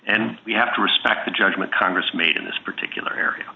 and we have to respect the judgment congress made in this particular area